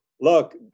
Look